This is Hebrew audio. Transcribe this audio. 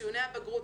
ציוני הבגרות,